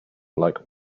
like